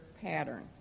pattern